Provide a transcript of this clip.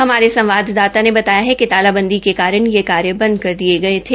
हमारे संवाददाता ने बताया कि तालाबंदी के कारण यह कार्य बंद दिये गये थे